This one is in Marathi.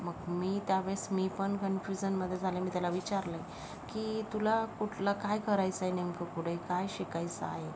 मग मी त्यावेळेस मी पण कन्फ्युजनमध्ये झाले मी त्याला विचारलं की तुला कुठला काय करायचं आहे नेमकं पुढे काय शिकायचं आहे